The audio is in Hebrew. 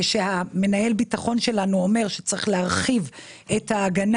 כשמנהל הביטחון שלנו אומר שצריך להרחיב את ההגנה